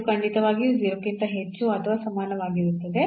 ಇದು ಖಂಡಿತವಾಗಿಯೂ 0 ಕ್ಕಿಂತ ಹೆಚ್ಚು ಅಥವಾ ಸಮಾನವಾಗಿರುತ್ತದೆ